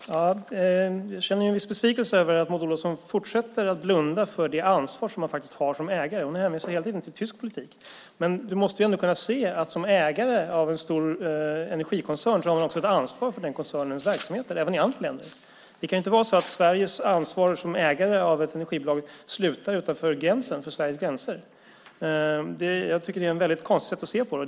Fru talman! Jag känner en viss besvikelse över att Maud Olofsson fortsätter att blunda för det ansvar som man faktiskt har som ägare. Ministern hänvisar hela tiden till tysk politik, men hon måste ändå se att man som ägare av en stor energikoncern har ett ansvar för koncernens verksamheter även i andra länder. Det kan inte vara så att Sveriges ansvar som ägare av ett energibolag slutar vid Sveriges gränser. Jag tycker att det är ett väldigt konstigt sätt att se på det.